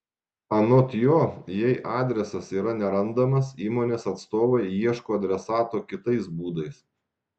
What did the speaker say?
anot jo jei adresas yra nerandamas įmonės atstovai ieško adresato kitais būdais